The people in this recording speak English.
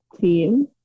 team